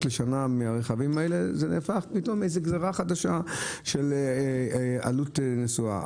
זה הפך פתאום לגזירה חדשה של עלות נסועה.